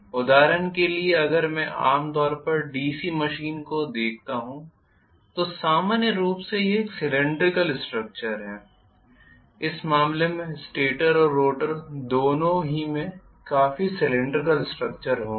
उदाहरण के लिए अगर मैं आमतौर पर डीसी मशीन को देखता हूं तो सामान्य रूप से यह एक सीलिन्ड्रीकल स्ट्रक्चर है इस मामले में स्टेटर और रोटर दोनों ही में काफी सीलिन्ड्रीकल स्ट्रक्चर होंगे